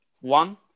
one